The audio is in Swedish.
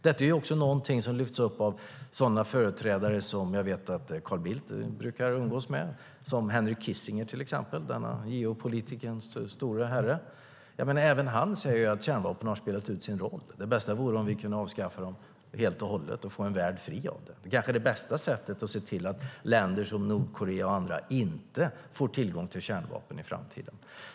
Detta är också något som lyfts upp av sådana företrädare som jag vet att Carl Bildt brukar umgås med, som Henry Kissinger, denna geopolitikens stora herre. Även han säger ju att kärnvapen har spelat ut sin roll och att det bästa vore om vi kunde avskaffa dem helt och hållet och få en värld fri från dem. Det är kanske det bästa sättet att se till att länder som Nordkorea och andra inte får tillgång till kärnvapen i framtiden.